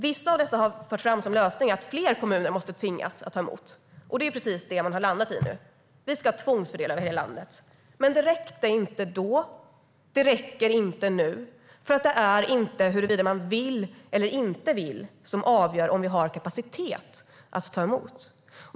Vissa av dessa har fört fram som lösning att fler kommuner måste tvingas att ta emot. Det är precis det som man har landat i nu. Vi ska tvångsfördela över hela landet. Men det räckte inte då. Det räcker inte nu. Det är nämligen inte huruvida man vill eller inte vill som avgör om vi har kapacitet att ta emot.